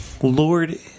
Lord